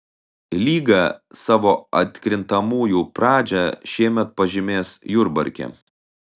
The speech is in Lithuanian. lyga savo atkrintamųjų pradžią šiemet pažymės jurbarke